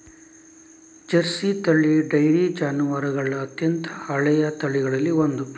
Jersey ತಳಿ dairy ಜಾನುವಾರುಗಳ ಅತ್ಯಂತ ಹಳೆಯ ತಳಿಗಳಲ್ಲಿ ಒಂದು